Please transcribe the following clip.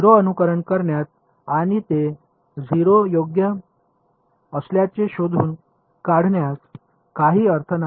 0 अनुकरण करण्यात आणि ते 0 योग्य असल्याचे शोधून काढण्यात काही अर्थ नाही